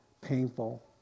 painful